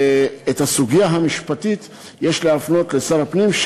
את הסוגיה המשפטית יש להפנות לשר הפנים,